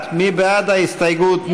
1, מי בעד ההסתייגות?